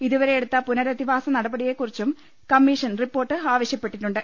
ഇതുവരെ എടുത്ത പുനരധിവാസ നട്പടിയെ കുറിച്ചും കമ്മീഷൻ റിപ്പോർട്ട് ആവശ്യപ്പെട്ടിട്ടുണ്ട്